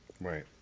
right